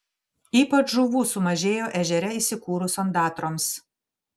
ypač žuvų sumažėjo ežere įsikūrus ondatroms